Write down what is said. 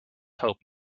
hope